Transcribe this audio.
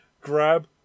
grab